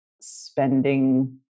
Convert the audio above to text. spending